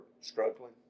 struggling